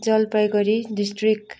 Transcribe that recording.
Jalpaiguri district